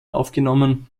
aufgenommen